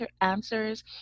answers